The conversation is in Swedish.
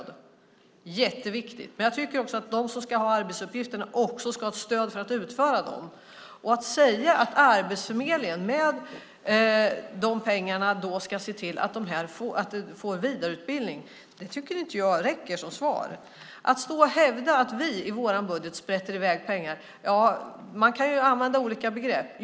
Det är jätteviktigt. Men jag tycker också att de som ska ha arbetsuppgifterna också ska ha ett stöd för att utföra dem. Att säga att Arbetsförmedlingen med de här pengarna ska se till att dessa får vidareutbildning tycker inte jag räcker som svar. Ministern står och hävdar att vi i vår budget sprätter iväg pengar. Ja, man kan ju använda olika begrepp.